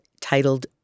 titled